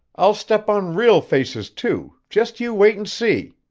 i'll step on real faces too just you wait and see.